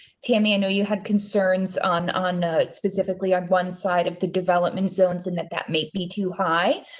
tammy. i know you had concerns on on specifically on one side of the development zones. and that, that may be too high.